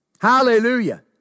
Hallelujah